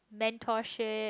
mentorship